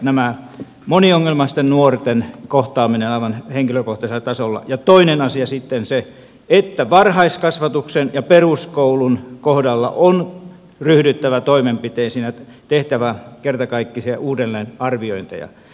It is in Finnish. näiden moniongelmaisten nuorten kohtaaminen aivan henkilökohtaisella tasolla ja toinen asia sitten se että varhaiskasvatuksen ja peruskoulun kohdalla on ryhdyttävä toimenpiteisiin ja tehtävä kertakaikkisia uudelleenarviointeja